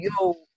yo